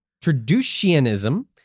Traducianism